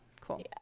cool